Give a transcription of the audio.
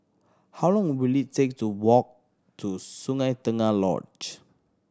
how long will it take to walk to Sungei Tengah Lodge